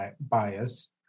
bias